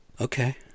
okay